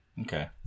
Okay